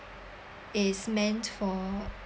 is meant for